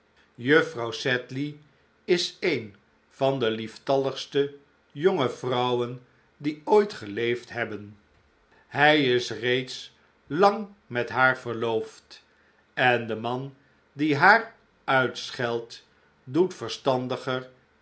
juffrouw sedley is een van de lieftalligste jonge vrouwen die ooit geleefd hebben hij is reeds lang met haar verloofd en de man die haar uitscheldt doet verstandiger